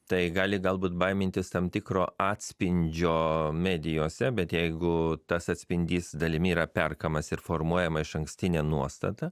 tai gali galbūt baimintis tam tikro atspindžio medijose bet jeigu tas atspindys dalimi yra perkamas ir formuojama išankstinė nuostata